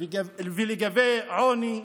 לגבי עוני,